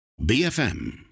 BFM